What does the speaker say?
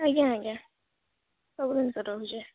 ଆଜ୍ଞା ଆଜ୍ଞା ସବୁ ଜିନିଷ ରହୁଛି